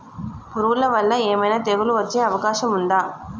పురుగుల వల్ల ఏమైనా తెగులు వచ్చే అవకాశం ఉందా?